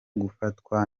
gufatwa